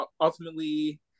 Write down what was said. ultimately